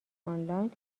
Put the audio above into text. آنلاین